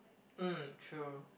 hmm true